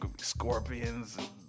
scorpions